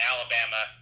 Alabama